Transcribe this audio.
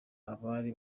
abari